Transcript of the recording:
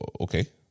Okay